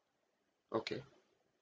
okay